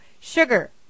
Sugar